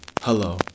Hello